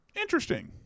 Interesting